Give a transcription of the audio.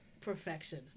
perfection